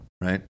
right